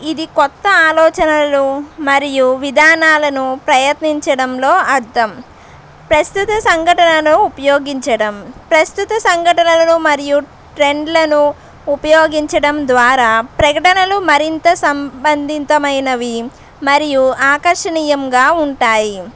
ఇది కొత్త ఆలోచనలు మరియు విధానాలను ప్రయత్నించడంలో అర్థం ప్రస్తుత సంఘటనలో ఉపయోగించడం ప్రస్తుత సంఘటనలను మరియు ట్రెండ్లను ఉపయోగించడం ద్వారా ప్రకటనలు మరింత సంబంధితమైనవి మరియు ఆకర్షణీయంగా ఉంటాయి